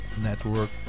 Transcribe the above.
Network